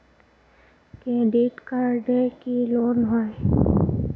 Credit কার্ডে কি loan হয়?